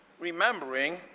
remembering